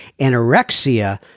Anorexia